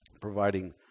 providing